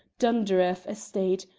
dunderave estate,